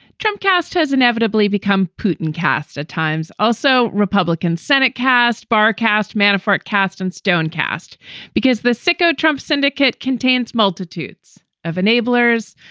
trump cast has inevitably become putin cast at times. also republican senate cast bar cast manafort cast in stone cast because the sico trump syndicate contains multitudes of enablers,